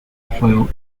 foil